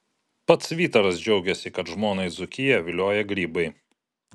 pats vytaras džiaugiasi kad žmoną į dzūkiją vilioja grybai